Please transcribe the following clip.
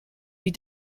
wie